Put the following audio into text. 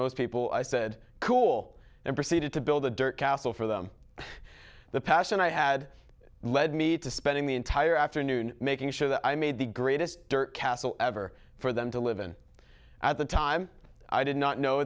most people i said cool and proceeded to build a dirt castle for them the passion i had led me to spending the entire afternoon making sure that i made the greatest castle ever for them to live in at the time i did not know